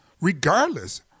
regardless